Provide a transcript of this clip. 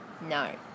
no